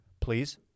please